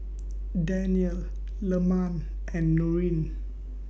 Danial Leman and Nurin